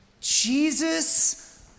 Jesus